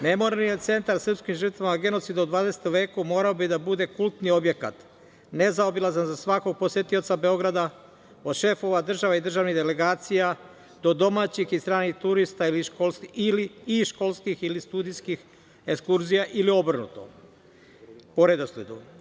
Memorijalni centar srpskim žrtvama genocida u 20. veku morao bi da bude kultni objekat, nezaobilazan za svakog posetioca Beograda, od šefova država i državnih delegacija, do domaćih i stranih turista i školskih ili studijskih ekskurzija ili obrnuto, po redosledu.